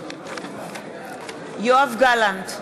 יואב גלנט,